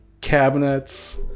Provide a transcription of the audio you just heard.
cabinets